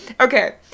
Okay